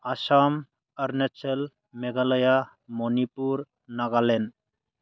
Assam Arunachal Pradesh Meghalaya Manipur Nagaland